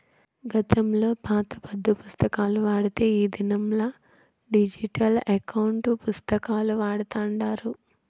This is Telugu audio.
గతంలో పాత పద్దు పుస్తకాలు వాడితే ఈ దినంలా డిజిటల్ ఎకౌంటు పుస్తకాలు వాడతాండారు